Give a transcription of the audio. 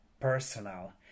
personal